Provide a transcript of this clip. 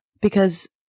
Because-